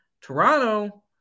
Toronto